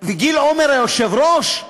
וגיל עומר, היושב-ראש,